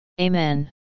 Amen